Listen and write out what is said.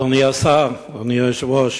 אדוני השר, אדוני היושב-ראש,